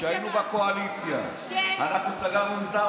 ואללה, עד עכשיו הקשבנו לך.